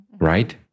Right